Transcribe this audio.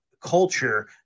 culture